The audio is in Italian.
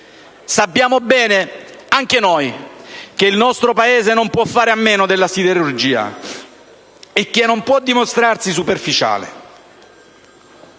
Sappiamo bene anche noi che il nostro Paese non può fare a meno della siderurgia e non può dimostrarsi superficiale